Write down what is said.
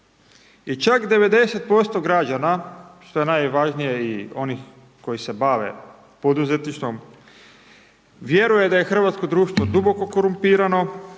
I čak 90% građana, što je najvažnije i onih koji se bave poduzetništvom vjeruje da je hrvatsko društvo duboko korumpirano